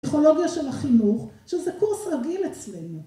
‫טכנולוגיה של החינוך, ‫שזה קורס רגיל אצלנו.